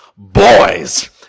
Boys